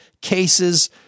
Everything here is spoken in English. cases